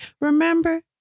remember